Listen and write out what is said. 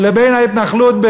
לבין ההתנחלות,